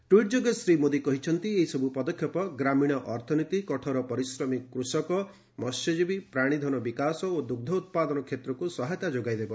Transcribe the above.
tweet ଯୋଗେ ଶ୍ରୀ ମୋଦି କହିଛନ୍ତି ଏହିସବ୍ ପଦକ୍ଷେପ ଗ୍ରାମୀଣ ଅର୍ଥନୀତି କଠୋର ପରିଶ୍ରମୀ କୃଷକ ମତ୍ୟଜୀବୀ ପ୍ରାଣୀଧନ ବିକାଶ ଓ ଦୁଗ୍ର ଉତ୍ପାଦନ କ୍ଷେତ୍ରକୁ ସହାୟତା ଯୋଗାଇଦେବ